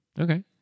Okay